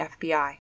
FBI